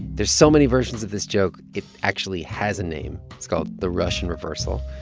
there's so many versions of this joke, it actually has a name. it's called the russian reversal.